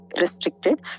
restricted